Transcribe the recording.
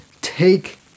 Take